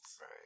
Right